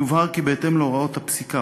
יובהר כי בהתאם להוראות הפסיקה,